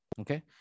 okay